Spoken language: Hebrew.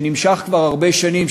שנמשך כבר הרבה שנים,